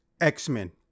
X-Men